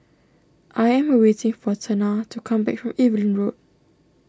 I am waiting for Tana to come back from Evelyn Road